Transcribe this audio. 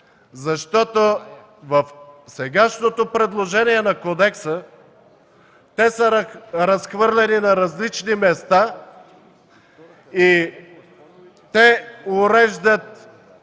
В сегашното предложение на кодекса те са разхвърляни на различни места и уреждат